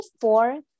four